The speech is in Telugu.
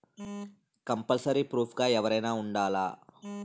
కంపల్సరీ ప్రూఫ్ గా ఎవరైనా ఉండాలా?